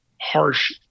harsh